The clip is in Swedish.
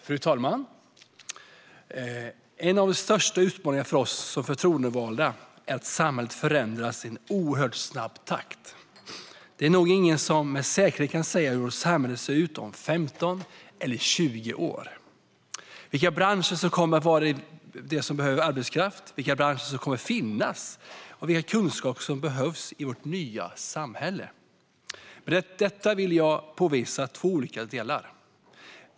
Fru talman! En av de största utmaningarna för oss som förtroendevalda är att samhället förändras i en oerhört snabb takt. Det är nog ingen som med säkerhet kan säga hur vårt samhälle ser ut om 15 eller 20 år. Vilka branscher kommer det att vara som behöver arbetskraft? Vilka branscher kommer att finnas? Vilka kunskaper behövs i vårt nya samhälle? Med detta vill jag påvisa två olika delar.